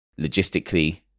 Logistically